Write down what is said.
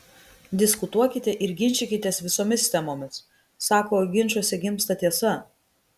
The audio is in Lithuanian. diskutuokite ir ginčykitės visomis temomis sako ginčuose gimsta tiesa